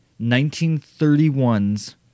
1931's